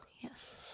Yes